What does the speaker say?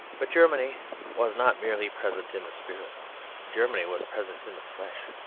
but germany was not merely present in the spirit germany was present in the flesh.